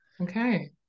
Okay